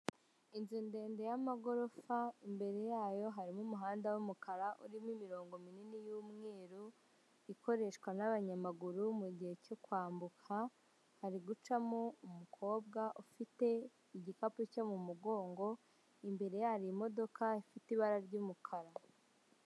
Mu isoko harimo ibintu byinshi bitandukanye: ibitenge, ijipo, imipira,n' amakabutura, n'amabara agiye atandukanye ,hasi hariho utuntu turimo tudoze mu bwoko tugiye dutandukanye, hariho umucyeka urambuye ahantu hejuru.